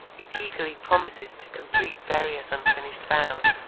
it eagerly promises to complete various unfinished vows,